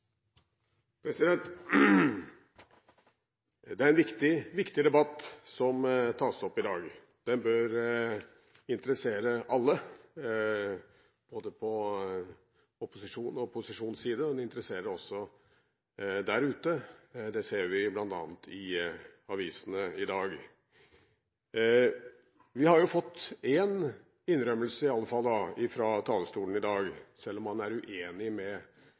en viktig debatt som tas opp i dag. Den bør interessere alle, på både opposisjonens og posisjonens side, og den interesserer også der ute. Det ser vi bl.a. i avisene i dag. Vi har fått én innrømmelse iallfall fra talerstolen i dag. Selv om man er uenig